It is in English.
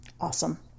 awesome